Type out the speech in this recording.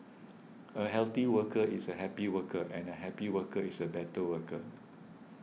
a healthy worker is a happy worker and a happy worker is a better worker